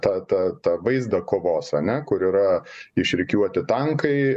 tątą tą vaizdą kovos ane kur yra išrikiuoti tankai